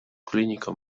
clinical